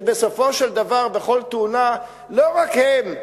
כשבסופו של דבר בכל תאונה לא רק הם,